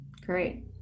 Great